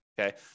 okay